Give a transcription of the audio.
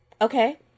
Okay